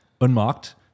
unmarked